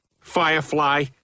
Firefly